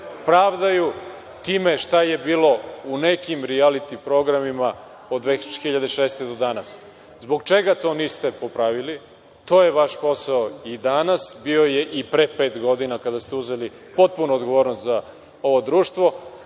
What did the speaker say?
pravdaju time šta je bilo u nekim rijaliti programima od 2006. godine do danas. Zbog čega to niste popravili? To je vaš posao i danas, a bio je i pre pet godina kada ste uzeli potpunu odgovornost za ovo društvo,